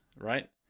right